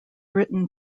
written